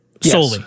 Solely